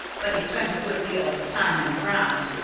but he spends a good deal of his time on the ground.